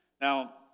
Now